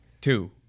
Two